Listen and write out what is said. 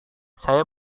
saya